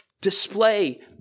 display